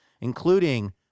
including